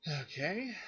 Okay